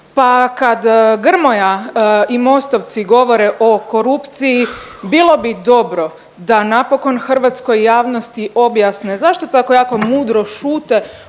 pa kad Grmoja i Mostovci govore o korupciji bilo bi dobro da napokon hrvatskoj javnosti objasne zašto tako jako mudro šute